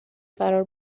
فرار